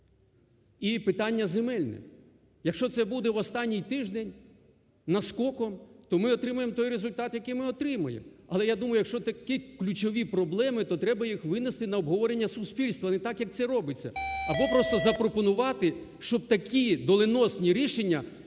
і питання земельне. Якщо це буде в останній тиждень наскоком, то ми отримаємо той результат, який ми отримаємо. Але, я думаю, якщо такі ключові проблеми, то треба їх винести на обговорення суспільства, а не так, як це робиться. Або просто запропонувати, щоб такі доленосні рішення